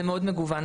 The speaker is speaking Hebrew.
זה מאוד מגוון.